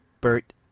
Bert